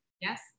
Yes